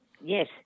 Yes